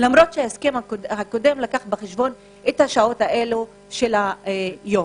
למרות שההסכם הקודם לקח בחשבון את השעות האלה של היום.